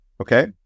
okay